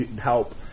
help